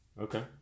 Okay